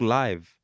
live